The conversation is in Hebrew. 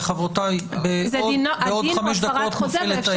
----- חברותיי, בעוד חמש דקות נופלת העט.